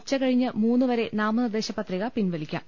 ഉച്ചകഴിഞ്ഞ് മൂന്നുവരെ നാമനിർദേശ പത്രിക പിൻവലിക്കാം